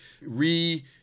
re